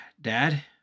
Dad